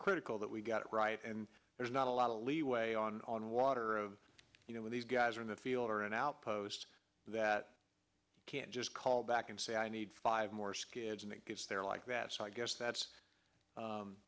critical that we get it right and there's not a lot of leeway on on water you know when these guys are in the field or an outpost that can just call back and say i need five more skids and they're like that so i guess that's